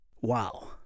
wow